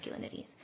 masculinities